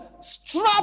strap